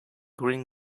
green